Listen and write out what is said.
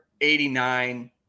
89